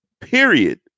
period